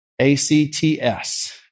A-C-T-S